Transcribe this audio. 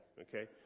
Okay